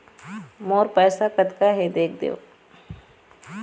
मोर पैसा कतका हे देख देव?